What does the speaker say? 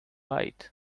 right